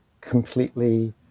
completely